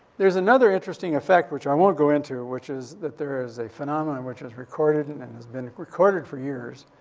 there's another interesting effect, which i won't go into, which is that there is a phenomena and which was recorded and and has been recorded for years,